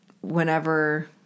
whenever